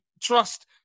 trust